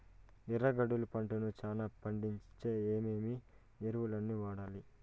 ఎర్రగడ్డలు పంటను చానా పండించేకి ఏమేమి ఎరువులని వాడాలి?